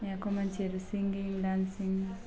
यहाँको मान्छेहरू singing dancing